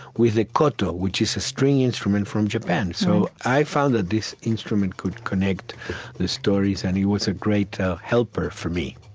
with a koto, which is a string instrument from japan. so i found that this instrument could connect the stories and it was a great ah helper for me